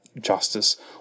justice